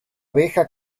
abeja